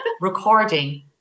Recording